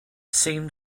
seemed